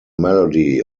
melody